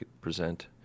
present